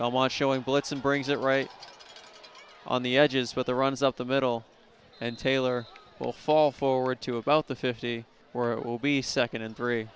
watch showing blitz and brings it right on the edges but the runs up the middle and taylor will fall forward to about the fifty or it will be second in